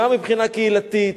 גם מבחינה קהילתית,